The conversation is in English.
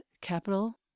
capital